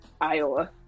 Iowa